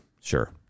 sure